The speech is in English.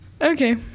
Okay